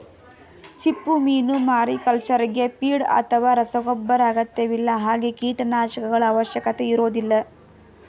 ಚಿಪ್ಪುಮೀನು ಮಾರಿಕಲ್ಚರ್ಗೆ ಫೀಡ್ ಅಥವಾ ರಸಗೊಬ್ಬರ ಅಗತ್ಯವಿಲ್ಲ ಹಾಗೆ ಕೀಟನಾಶಕಗಳ ಅವಶ್ಯಕತೆ ಇರೋದಿಲ್ಲ